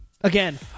Again